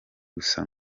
gusa